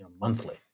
monthly